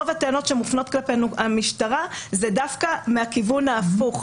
רוב הטענות שמופנות כלפי המשטרה זה דווקא מהכיוון ההפוך,